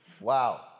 Wow